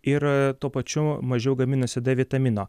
ir tuo pačiu mažiau gaminasi d vitamino